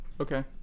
Okay